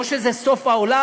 לא שזה סוף העולם,